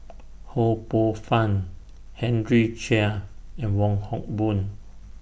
Ho Poh Fun Henry Chia and Wong Hock Boon